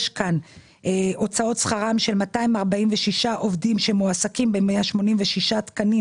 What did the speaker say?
יש כאן הוצאות שכרם של 246 עובדים שמועסקים ב-186 תקנים